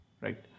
Right